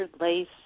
lace